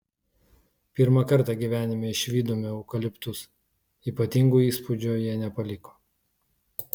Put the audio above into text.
pirmą kartą gyvenime išvydome eukaliptus ypatingo įspūdžio jie nepaliko